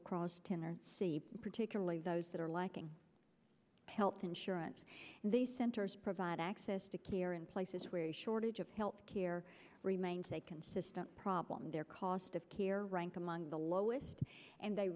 across ten are see particularly those that are lacking health insurance and these centers provide access to care in places where a shortage of health care remains a consistent problem in their cost of care rank among the lowest and they